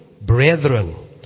brethren